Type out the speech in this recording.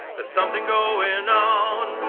there's something going on.